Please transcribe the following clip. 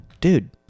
Dude